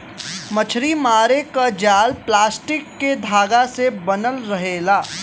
मछरी मारे क जाल प्लास्टिक के धागा से बनल रहेला